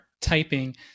typing